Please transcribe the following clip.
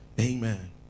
Amen